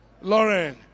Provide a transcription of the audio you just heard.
Lauren